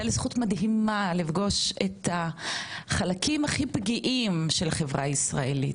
הייתה לי זכות מדהימה לפגוש את החלקים הכי פגיעים של החברה הישראלית,